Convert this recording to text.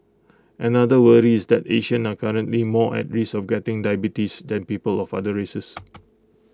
another worry is that Asians are currently more at risk of getting diabetes than people of other races